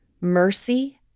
mercy